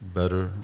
better